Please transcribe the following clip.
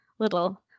little